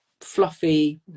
fluffy